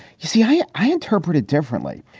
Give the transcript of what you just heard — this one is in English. you see, i i interpret it differently.